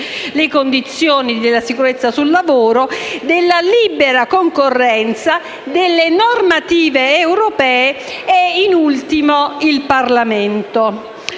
le condizioni della sicurezza sul lavoro), della libera concorrenza, delle normative europee e, in ultimo, del Parlamento.